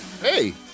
Hey